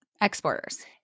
exporters